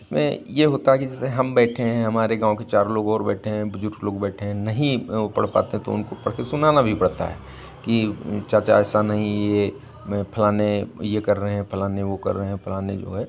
इसमें ये होता है कि जैसे हम बैठे हैं हमारे गाँव के चार लोग और बैठे हैं बुज़ुर्ग लोग बैठे हैं नहीं वो पढ़ पाते हैं तो उनको पढ़के सुनाना भी पड़ता है कि चाचा ऐसा नहीं ये फलाने ये कर रहे हैं फलाने वो कर रहे हैं फलाने जो है